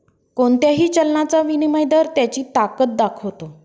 कोणत्याही चलनाचा विनिमय दर त्याची ताकद दाखवतो